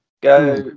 Go